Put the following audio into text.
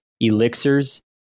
elixirs